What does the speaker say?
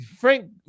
Frank